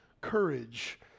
courage